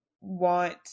want